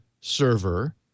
server